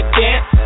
dance